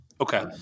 Okay